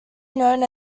known